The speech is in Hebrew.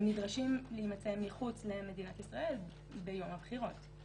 הם נדרשים להימצא מחוץ למדינת ישראל ביום הבחירות.